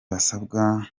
basabwe